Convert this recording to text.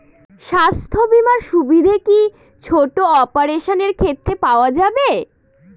স্বাস্থ্য বীমার সুবিধে কি ছোট অপারেশনের ক্ষেত্রে পাওয়া যাবে?